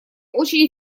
очень